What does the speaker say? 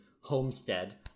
Homestead